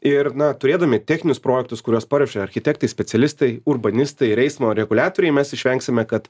ir na turėdami techninius projektus kuriuos paruošė architektai specialistai urbanistai ir eismo reguliatoriai mes išvengsime kad